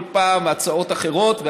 כל פעם הצעות אחרות,